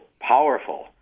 powerful